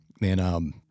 man